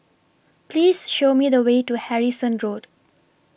Please Show Me The Way to Harrison Road